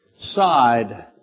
side